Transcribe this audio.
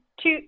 two